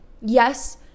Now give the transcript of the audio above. Yes